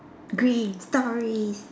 green stories